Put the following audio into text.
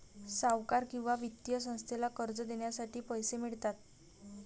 सावकार किंवा वित्तीय संस्थेला कर्ज देण्यासाठी पैसे मिळतात